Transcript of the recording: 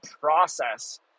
process